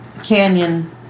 canyon